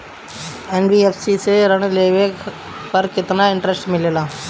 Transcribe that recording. NBFC से ऋण लेने पर केतना इंटरेस्ट मिलेला?